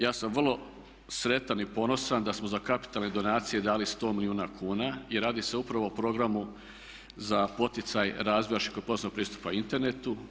Ja sam vrlo sretan i ponosan da smo za kapitalne donacije dali 100 milijuna kuna i radi se upravo o programu za poticaj razvoja širokopojasnog pristupa internetu.